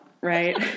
right